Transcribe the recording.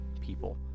people